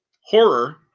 horror